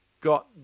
got